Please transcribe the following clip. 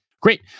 Great